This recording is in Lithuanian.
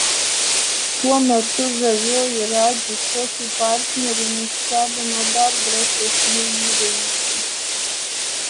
tuo metu žavioji radži šokių partnerė nustebino dar drąsesniu įvaizdžiu